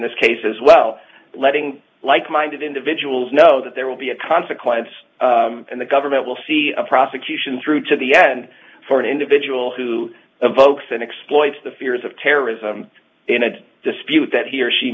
this case as well letting like minded individuals know that there will be a consequence and the government will see a prosecution through to the end for an individual who invokes and exploits the fears of terrorism in a dispute that he or she